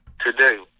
today